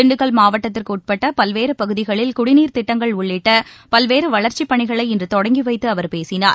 திண்டுக்கல் மாவட்டத்திற்கு உட்பட்ட பல்வேறு பகுதிகளில் குடிநீர் திட்டங்கள் உள்ளிட்ட பல்வேறு வளர்ச்சிப்பணிகளை இன்று தொடங்கிவைத்து அவர் பேசினார்